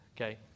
Okay